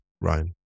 Ryan